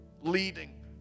leading